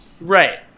right